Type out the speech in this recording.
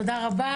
תודה רבה.